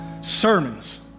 sermons